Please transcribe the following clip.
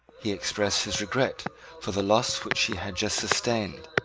he expressed his regret for the loss which he had just sustained,